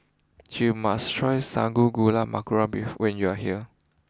you must try Sago Gula Melaka when you are here